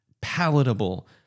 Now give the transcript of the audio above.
palatable